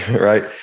right